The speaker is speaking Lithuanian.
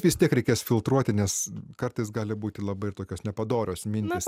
vis tiek reikės filtruoti nes kartais gali būti labai tokios nepadorios mintys